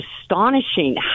astonishing